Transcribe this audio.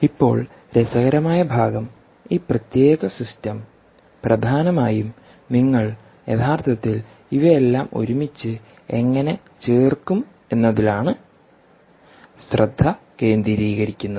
ഇപ്പോൾ രസകരമായ ഭാഗം ഈ പ്രത്യേക സിസ്റ്റം പ്രധാനമായും നിങ്ങൾ യഥാർത്ഥത്തിൽ ഇവയെല്ലാം ഒരുമിച്ച് എങ്ങനെ ചേർക്കും എന്നതിലാണ് ശ്രദ്ധ കേന്ദ്രീകരിക്കുന്നത്